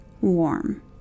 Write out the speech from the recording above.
warm